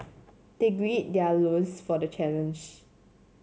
they gird their loins for the challenge